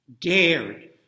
dared